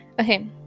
Okay